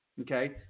okay